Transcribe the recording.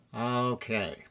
Okay